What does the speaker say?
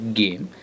game